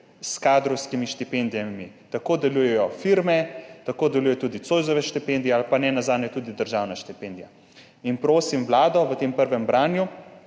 s kadrovskimi štipendijami. Tako delujejo firme, tako deluje tudi Zoisova štipendija ali pa nenazadnje tudi državna štipendija. Prosim vlado v tem prvem branju,